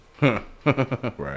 Right